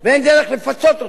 ואין דרך לפצות אותן.